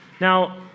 Now